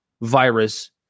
virus